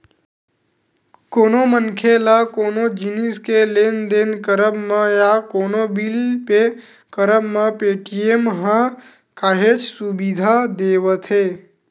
कोनो मनखे ल कोनो जिनिस के लेन देन करब म या कोनो बिल पे करब म पेटीएम ह काहेच सुबिधा देवथे